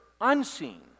unseen